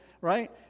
right